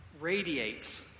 radiates